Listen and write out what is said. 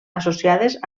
associades